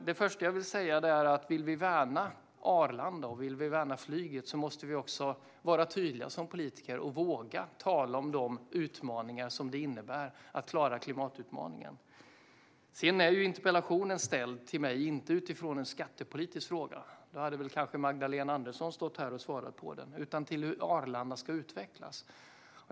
Det första jag vill säga är att vill vi värna Arlanda och flyget måste vi som politiker också vara tydliga och våga tala om de utmaningar som det innebär att klara klimatutmaningen. Sedan är interpellationen ställd till mig, inte utifrån en skattepolitisk fråga - då hade kanske Magdalena Andersson svarat på den - utan utifrån hur Arlanda ska utvecklas.